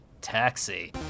taxi